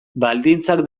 baldintzak